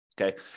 Okay